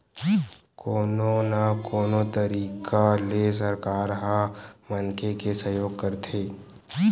कोनो न कोनो तरिका ले सरकार ह मनखे के सहयोग करथे